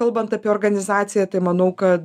kalbant apie organizaciją tai manau kad